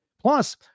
Plus